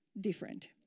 different